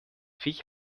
viech